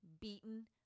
beaten